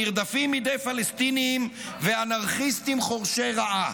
נרדפים בידי פלסטינים ואנרכיסטים חורשי רעה.